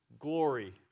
glory